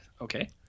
Okay